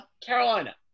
Carolina